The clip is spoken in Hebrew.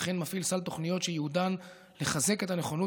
וכן מפעיל סל תוכניות שייעודן לחזק את הנכונות